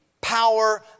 power